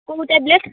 କେଉଁ ଟାବ୍ଲେଟ୍